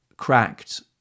cracked